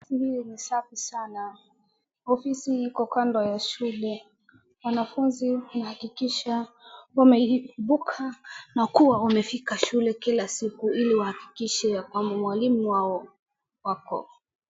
Ofisi hii ni safi sana , ofisi iko kando ya shule wanafunzi huhakikisha wameamka na kuwa wamefika shule kila siku ili wahakikishe ya kwamba mwalimu wao ako.